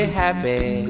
happy